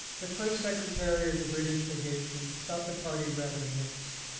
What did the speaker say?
the first secretary of the british legation thought the party rather mixed.